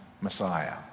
Messiah